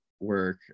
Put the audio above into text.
work